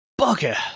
bugger